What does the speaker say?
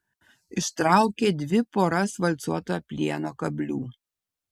ištraukė dvi poras valcuoto plieno kablių